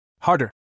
Harder